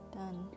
done